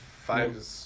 five